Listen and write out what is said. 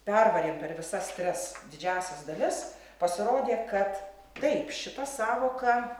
pervarėm per visas tris didžiąsias dalis pasirodė kad taip šita sąvoka